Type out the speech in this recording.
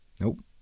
Nope